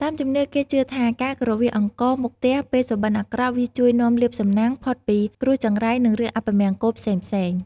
តាមជំនឿគេជឿថាការគ្រវាសអង្ករមុខផ្ទះពេលសុបិនអាក្រក់ វាជួយនាំលាភសំណាង ផុតពីគ្រោះចង្រៃ និងរឿងអពមង្គលផ្សេងៗ។